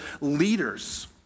leaders